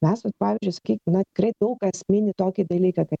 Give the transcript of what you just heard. mes vat pavyzdžiui sakykim na tikrai daug kas mini tokį dalyką ka